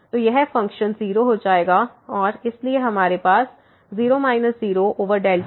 तो यह फ़ंक्शन 0 हो जाएगा और इसलिए हमारे पास 0 0x है